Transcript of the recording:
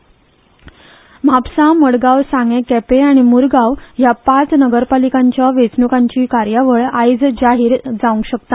वेचणूक म्हापसा मडगाव सांगे केपे आनी मुरगाव ह्या पाच नगरपालिकांच्या वेचण्कीची कार्यावळ आयज जाहिर जावंक शकता